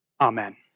Amen